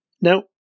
Now